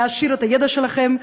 להעשיר את הידע שלכם,